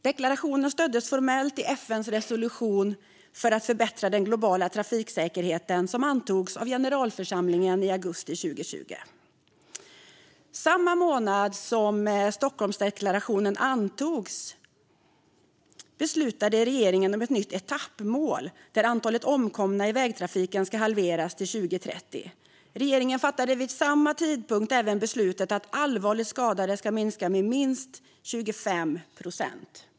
Deklarationen stöddes formellt i FN:s resolution för att förbättra den globala trafiksäkerheten, som antogs av generalförsamlingen i augusti 2020. Samma månad som Stockholmsdeklarationen antogs beslutade regeringen om ett nytt etappmål där antalet omkomna i vägtrafiken skulle halveras till 2030. Regeringen fattade vid samma tidpunkt även beslutet att allvarligt skadade skulle minska med minst 25 procent.